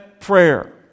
prayer